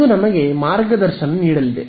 ಅದು ನಮಗೆ ಮಾರ್ಗದರ್ಶನ ನೀಡಲಿದೆ